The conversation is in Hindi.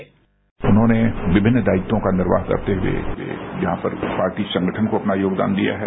बाईट उन्होंने विभिन्न दायित्वों का निर्वाह करते हुए यहां पर पार्टी संगठन को अपना योगदान दिया है